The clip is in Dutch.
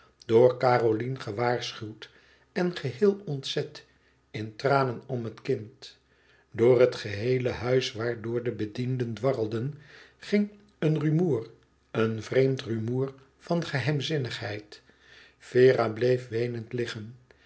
door caroline gewaarschuwd en geheel ontzet in tranen om het kind door het geheele huis waardoor de bedienden dwarrelden ging een rumoer een vreemd rumoer van geheimzinnigheid vera bleef weenend liggen